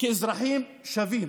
כאל אזרחים שווים.